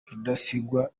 rudasingwa